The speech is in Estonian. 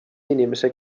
inimese